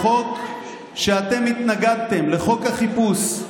לחוק שאתם התנגדתם לו, לחוק החיפוש,